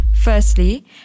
Firstly